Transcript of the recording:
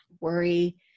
worry